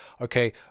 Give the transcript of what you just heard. okay